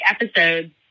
episodes